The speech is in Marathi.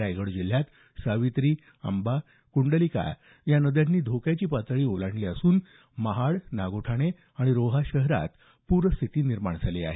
रायगड जिल्ह्यात सावित्री अंबा कुंडलिका या नद्यांनी धोक्याची पातळी ओलांडली असून महाड नागोठाणे रोहा शहरात पूरस्थिती निर्माण झाली आहे